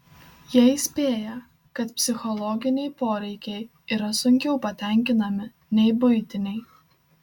jie įspėja kad psichologiniai poreikiai yra sunkiau patenkinami nei buitiniai